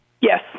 Yes